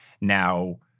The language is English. Now